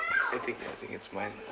I think I think it's mine lah